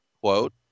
quote